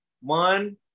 one